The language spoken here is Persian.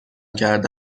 کرده